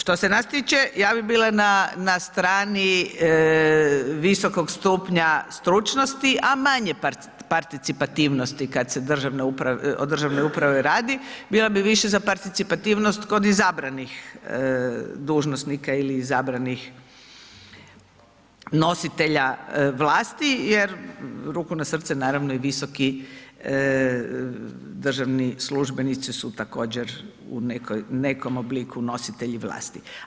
Što se nas tiče, ja bi bila na strani visokog stupnja stručnosti, a manje participativnosti kad se o državnoj upravi radi, bila bi više za participativnost kod izabranih dužnosnika ili izabranih nositelja vlasti jer, ruku na srce naravno, i visoki državni službenici su također u nekom obliku nositelji vlasti.